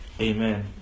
Amen